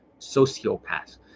sociopaths